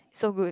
so good